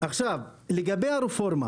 לגבי הרפורמה